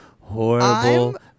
horrible